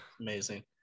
Amazing